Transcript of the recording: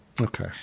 Okay